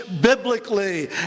biblically